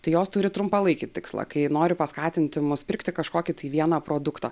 tai jos turi trumpalaikį tikslą kai nori paskatinti mus pirkti kažkokį tai vieną produktą